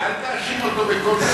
אל תאשים אותו בכל,